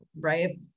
right